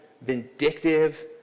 vindictive